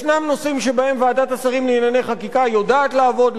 ישנם נושאים שבהם ועדת השרים לענייני חקיקה יודעת לעבוד.